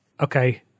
Okay